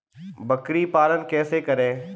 बकरी पालन कैसे करें?